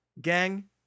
Gang